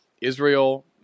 Israel